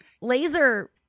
laser